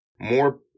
more